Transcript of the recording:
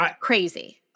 crazy